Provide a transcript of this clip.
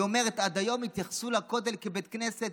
היא אומרת: עד היום התייחסו לכותל כבית כנסת,